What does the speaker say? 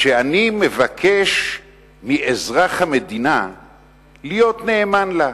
כשאני מבקש מאזרח המדינה להיות נאמן לה,